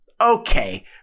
Okay